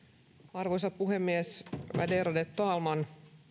arvoisa puhemies värderade talman